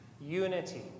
unity